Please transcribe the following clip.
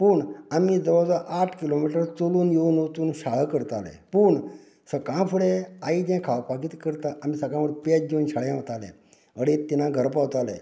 पूण आमी जवळ जवळ आठ किलोमिटर चलून येवन वचून शाळा करतालें पूण सकाळ फुडें आई जे खावपाक कितें करता आमी सकाळी पेज जेवन शाळेक वताले अडेच तिनांक घरा पावताले